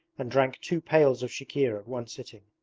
and drank two pails of chikhir at one sitting.